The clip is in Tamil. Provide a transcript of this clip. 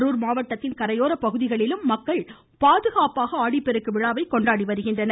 கரூர் மாவட்டத்திலும் கரையோர பகுதிகளில் மக்கள் பாதுகாப்பாக ஆடிப்பெருக்கு விழாவை கொண்டாடி வருகின்றனர்